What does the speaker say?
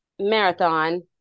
marathon